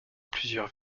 plusieurs